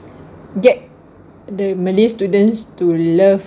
get the malay students to love